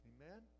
Amen